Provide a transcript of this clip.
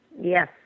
Yes